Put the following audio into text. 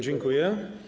Dziękuję.